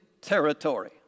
territory